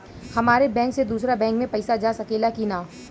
हमारे बैंक से दूसरा बैंक में पैसा जा सकेला की ना?